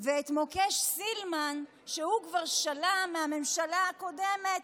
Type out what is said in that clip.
ואת מוקש סילמן, שהוא כבר שלה מהממשלה הקודמת.